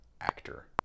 actor